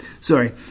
Sorry